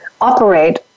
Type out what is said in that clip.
operate